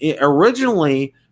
originally